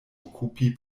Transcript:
okupi